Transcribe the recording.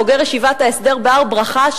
בוגר ישיבת ההסדר בהר-ברכה,